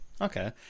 Okay